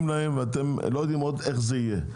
להן ואתם לא יודעים עוד איך זה יהיה.